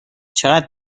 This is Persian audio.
چقدر